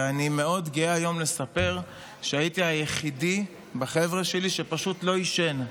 ואני גאה מאוד לספר היום שהייתי היחידי בחבר'ה שלי שפשוט לא עישן,